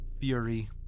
fury